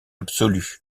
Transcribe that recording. absolue